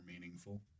meaningful